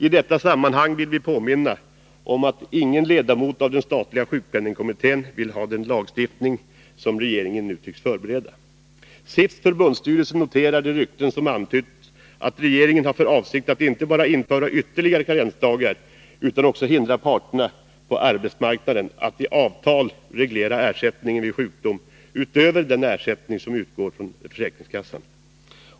I detta sammanhang vill vi påminna om att ingen ledamot av den statliga sjukpenningkommittén ville ha den lagstiftning som regeringen nu tycks förbereda. SIF:s förbundsstyrelse noterar de rykten som antytt att regeringen har för avsikt att inte bara införa ytterligare karensdagar utan också hindra parterna på arbetsmarknaden att i avtal reglera ersättningen vid sjukdom utöver den ersättning som utgår från Försäkringskassan.